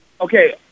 okay